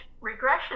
regression